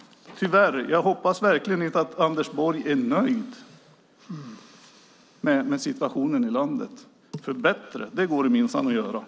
Tyvärr - jag hoppas verkligen inte att Anders Borg är nöjd med situationen i landet, för bättre går det minsann att göra.